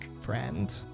friend